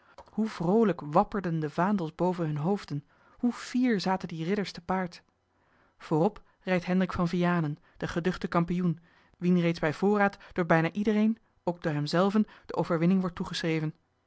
hoe vroolijk wapperden de vaandels boven hunne hoofden hoe fier zaten die ridders te paard voorop rijdt hendrik van vianen de geduchte kampioen wien reeds bij voorbaat door bijna iedereen ook door hem zelven de overwinning wordt